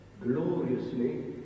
gloriously